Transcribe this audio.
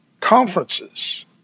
conferences